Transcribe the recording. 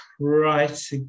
right